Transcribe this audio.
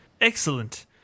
excellent